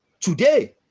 today